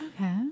Okay